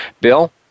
Bill